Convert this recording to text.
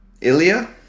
Ilya